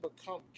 become